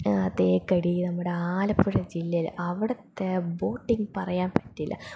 ആ തേക്കടി നമ്മുടെ ആലപ്പുഴ ജില്ലയില് അവിടുത്തെ ബോട്ടിംഗ് പറയാൻ പറ്റില്ല